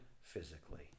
physically